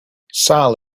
sal